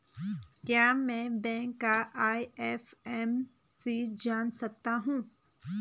क्या मैं बैंक का आई.एफ.एम.सी जान सकता हूँ?